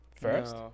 first